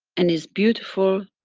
and it's beautiful,